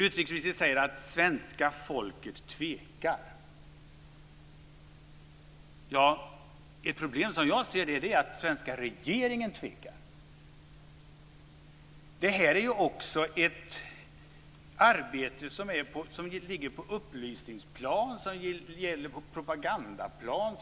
Utrikesministern säger att svenska folket tvekar. Ett problem, som jag ser det, är att svenska regeringen tvekar. Det här är också ett arbete som ligger på ett upplysningsplan, på ett propagandaplan.